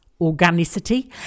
organicity